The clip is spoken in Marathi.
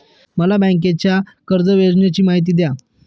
मला बँकेच्या कर्ज योजनांची माहिती द्या